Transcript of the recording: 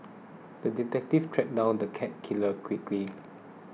the detective tracked down the cat killer quickly